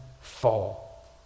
fall